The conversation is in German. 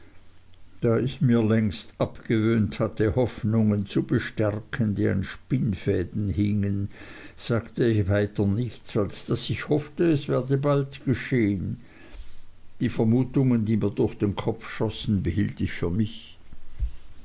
da ich mir längst abgewöhnt hatte hoffnungen zu bestärken die an spinnfäden hingen sagte ich weiter nichts als daß ich hoffte es werde bald geschehen die vermutungen die mir durch den kopf schossen behielt ich für mich